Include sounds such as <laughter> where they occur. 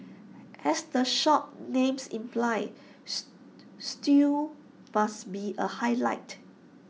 as the shop's names implies <unintelligible> stew must be A highlight